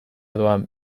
doan